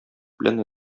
белән